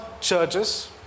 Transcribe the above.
churches